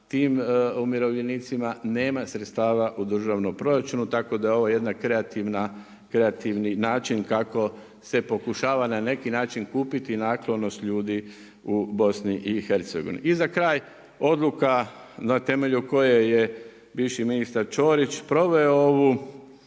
tim umirovljenicima nema sredstava u državnom proračunu tako da je ovo jedna kreativna, kreativni način kako se pokušava na neki način kupiti naklonost ljudi u BiH. I za kraj, odluka na temelju koje je bivši ministar Ćorić proveo ovu